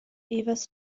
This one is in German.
evers